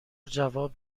جواب